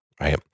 right